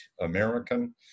American